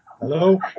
Hello